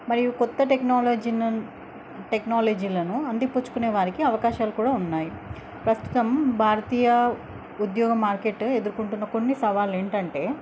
మరియు కొత్త టెక్నాలజీ టెక్నాలజీలను అంది పుచ్చుకునే వారికి అవకాశాలు కూడా ఉన్నాయి ప్రస్తుతం భారతీయ ఉద్యోగ మార్కెట్ ఎదుర్కొంటున్న కొన్ని సవాళ్లు ఏంటంటే